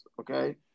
okay